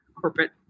corporate